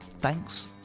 thanks